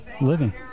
living